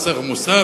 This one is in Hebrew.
מס ערך מוסף,